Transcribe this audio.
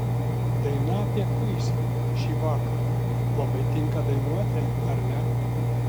daina apie kuisį šį vakarą labai tinka dainuoti ar ne